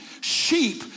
Sheep